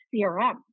CRM